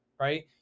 Right